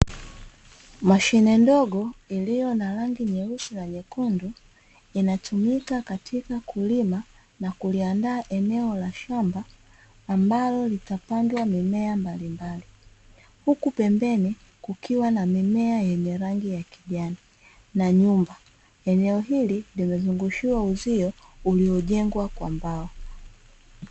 Mashine ndogo ililyo na rangi nyeusi na nyekundu inatumika katika kulima na kuliandaa eneo la shamba ambalo litapandwa mimea mbalimbali huku pembeni kukiwa na mimea yenye rangi ya kijani na nyumba. Eneo hili limezungushiwa uzio uliojengwa kwa mbao.